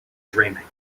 dreaming